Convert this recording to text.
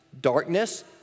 darkness